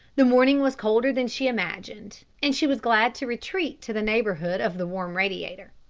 the morning was colder than she imagined, and she was glad to retreat to the neighbourhood of the warm radiator.